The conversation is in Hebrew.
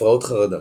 הפרעות חרדה